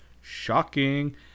Shocking